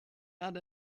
had